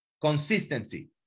Consistency